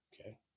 Okay